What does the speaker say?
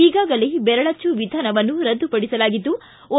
ಈಗಾಗಲೇ ಬೆರಳಚ್ಚು ವಿಧಾನವನ್ನು ರದ್ದುಪಡಿಸಲಾಗಿದ್ದು ಓ